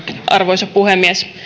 arvoisa puhemies